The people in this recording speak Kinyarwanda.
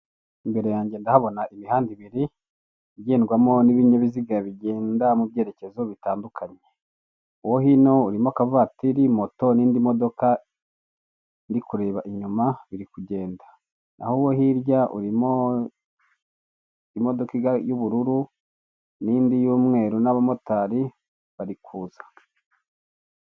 Imbere yange ndahabona imihanda ibiri, ugendwamo n'ibinyabiziga bigenda mubyerekezo bitandukanye, uwo hino urimo akavatiri, moto n'indi modoka ndi kureba inyuma biri kugenda. naho uwo hirya irimo imodoka y'ubururu n'indi y'umweru n'abamotari bari kuza.